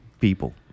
people